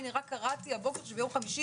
רק הבוקר קראתי שביום חמישי